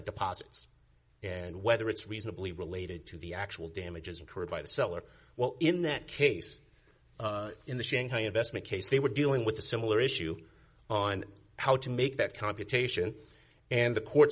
deposits and whether it's reasonably related to the actual damages incurred by the seller well in that case in the shanghai investment case they were dealing with a similar issue on how to make that computation and the court